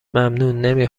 ممنون، نمی